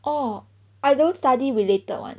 orh I don't study related [one]